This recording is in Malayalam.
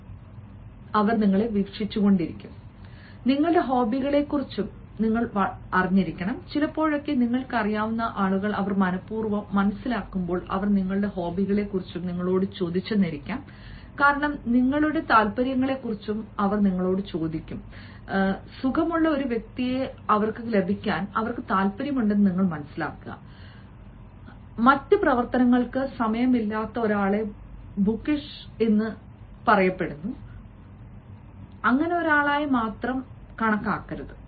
അതിനാൽ നിങ്ങളുടെ ഹോബികളെക്കുറിച്ചും നിങ്ങൾ അറിഞ്ഞിരിക്കാം ചിലപ്പോഴൊക്കെ നിങ്ങൾക്കറിയാവുന്ന ആളുകൾ അവർ മനപൂർവ്വം മനസിലാക്കുമ്പോൾ അവർ നിങ്ങളുടെ ഹോബികളെക്കുറിച്ചും നിങ്ങളോട് ചോദിച്ചേക്കാം കാരണം നിങ്ങളുടെ താൽപ്പര്യങ്ങളെക്കുറിച്ചും അവർ നിങ്ങളോട് ചോദിക്കും കാരണം സുഖമുള്ള ഒരു വ്യക്തിയെ ലഭിക്കാൻ താൽപ്പര്യമുണ്ട് മറ്റ് പ്രവർത്തനങ്ങൾക്ക് സമയമില്ലാത്ത ഒരാളെ ബുക്കിഷ് ചെയ്യുന്ന ഒരാളായി മാത്രം കണക്കാക്കരുത്